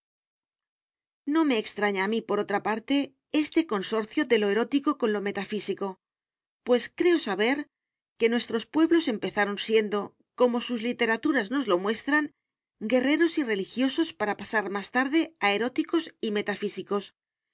no me extraña a mí por otra parte este consorcio de lo erótico con lo metafísico pues creo saber que nuestros pueblos empezaron siendo como sus literaturas nos lo muestran guerreros y religiosos para pasar más tarde a eróticos y metafísicos